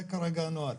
זה כרגע הנוהל,